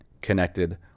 connected